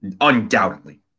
Undoubtedly